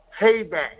payback